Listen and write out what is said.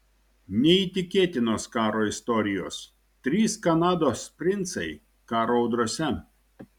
neįtikėtinos karo istorijos trys kanados princai karo audrose